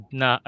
na